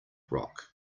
rock